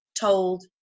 told